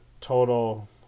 total